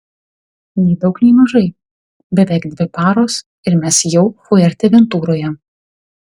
nei daug nei mažai beveik dvi paros ir mes jau fuerteventuroje